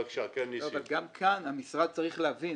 גם כאן המשרד צריך להבין